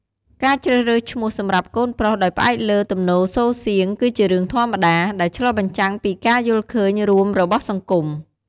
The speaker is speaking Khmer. ការជ្រើសរើសឈ្មោះសម្រាប់កូនប្រុសដោយផ្អែកលើ ទំនោរសូរសៀង គឺជារឿងធម្មតា ដែលឆ្លុះបញ្ចាំងពីការយល់ឃើញរួមរបស់សង្គម។